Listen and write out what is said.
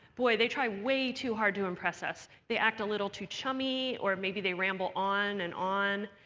boy, they try way too hard to impress us. they act a little too chummy, or maybe they ramble on and on.